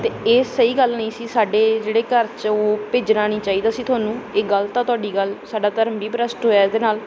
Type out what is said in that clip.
ਅਤੇ ਇਹ ਸਹੀ ਗੱਲ ਨਹੀਂ ਸੀ ਸਾਡੇ ਜਿਹੜੇ ਘਰ 'ਚ ਓ ਭੇਜਣਾ ਨਹੀਂ ਚਾਹੀਦਾ ਸੀ ਹੀਨੂੰ ਇਹ ਗਲਤ ਆ ਤੁਹਾਡੀ ਗੱਲ ਸਾਡਾ ਧਰਮ ਵੀ ਭਰਸ਼ਟ ਹੋਇਆ ਇਹਦੇ ਨਾਲ